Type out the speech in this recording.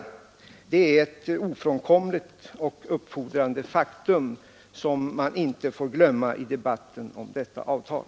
Detta är ett ofrånkomligt och uppfordrande faktum, som man inte får glömma när vi nu går att acceptera detta avtal